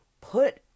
put